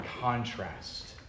contrast